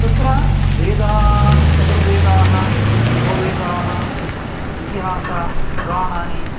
तत्र वेदाः चतुर्वेदाः उपवेदाः इतिहासपुराणानि